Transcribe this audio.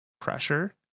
pressure